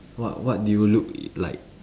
what what do you look like